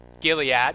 Gilead